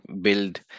build